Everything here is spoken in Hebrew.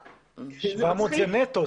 700 מטרים, זה נטו.